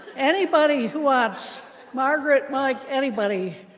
anybody who wants margaret, mike, anybody